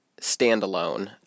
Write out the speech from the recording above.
standalone